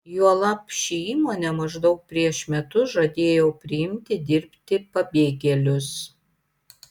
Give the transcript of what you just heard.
juolab ši įmonė maždaug prieš metus žadėjo priimti dirbti pabėgėlius